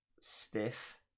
stiff